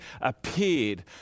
appeared